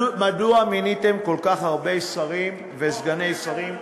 מדוע מיניתם כל כך הרבה שרים וסגני שרים?